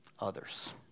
others